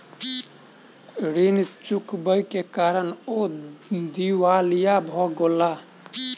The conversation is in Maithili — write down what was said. ऋण चुकबै के कारण ओ दिवालिया भ गेला